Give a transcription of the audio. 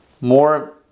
more